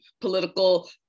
political